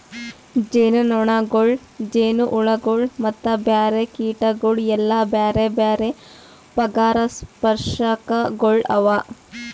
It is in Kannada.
ಜೇನುನೊಣಗೊಳ್, ಜೇನುಹುಳಗೊಳ್ ಮತ್ತ ಬ್ಯಾರೆ ಕೀಟಗೊಳ್ ಎಲ್ಲಾ ಬ್ಯಾರೆ ಬ್ಯಾರೆ ಪರಾಗಸ್ಪರ್ಶಕಗೊಳ್ ಅವಾ